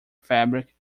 fabric